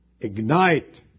Ignite